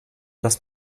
dass